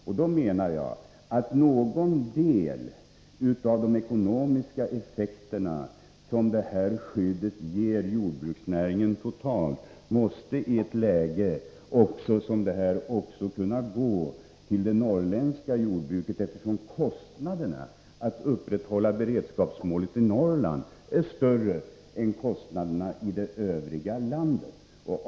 Även i nuvarande läge måste en del av de ekonomiska effekter som detta skydd ger jordbruksnäringen totalt åtnjutas av det norrländska jordbruket, eftersom kostnaderna för att upprätthålla beredskapen i Norrland är större än för övriga delar av landet.